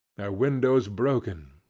their windows broken,